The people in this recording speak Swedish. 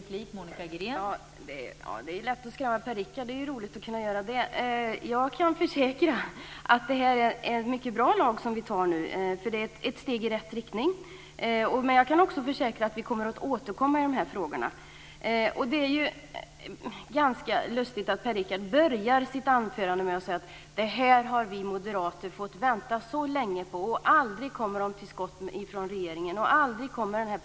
Fru talman! Det är lätt att skrämma Per-Richard Molén. Det är roligt att kunna göra det. Jag kan försäkra att det är en mycket bra lag som vi antar nu. Det är ett steg i rätt riktning. Jag kan också försäkra att vi återkommer i dessa frågor. Det är lustigt att Per-Richard Molén börjar sitt anförande med att säga att moderaterna har fått vänta så länge och att regeringen aldrig kommer till skott.